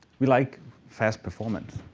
we like fast performance.